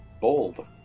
bold